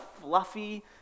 fluffy